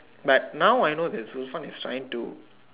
but now I know that there's Lufan that's signed to